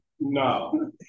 No